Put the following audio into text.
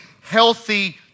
healthy